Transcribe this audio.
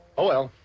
oh,